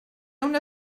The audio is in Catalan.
una